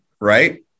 right